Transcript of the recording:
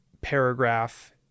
paragraph